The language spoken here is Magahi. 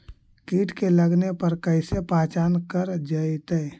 कीट के लगने पर कैसे पहचान कर जयतय?